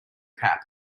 cap